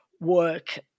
work